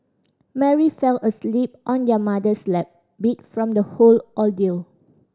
Mary fell asleep on their mother's lap beat from the whole ordeal